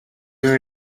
muntu